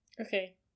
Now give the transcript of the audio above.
Okay